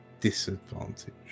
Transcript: Disadvantage